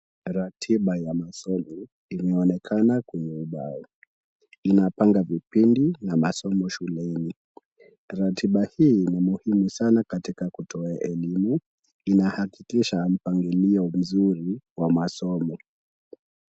Ratiba ya maswali inaonekana kwenye ubao. Inapanga vipindi na masomo shuleni. Ratiba hili ni muhimu sana katika kutoa elimu. Inahakikisha mpangilio mzuri wa masomo.